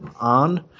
on